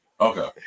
Okay